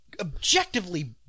objectively